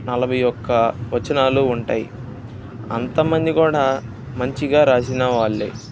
నలభై ఒక్క వచనాలు ఉంటాయి అంతమంది కూడా మంచిగా రాసిన వాళ్లు